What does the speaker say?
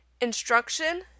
Instruction